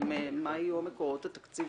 לא ברור מה יהיו המקורות התקציביים.